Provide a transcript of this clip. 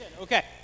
okay